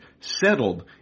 settled